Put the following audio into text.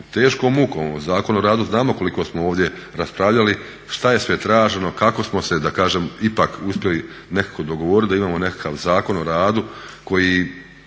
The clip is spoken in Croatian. teškom mukom. Zakon o radu znamo koliko smo ovdje raspravljali šta je sve traženo, kako smo se da kažem ipak uspjeli nekako dogovoriti da imamo nekakav Zakon o radu koji,